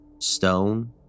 stone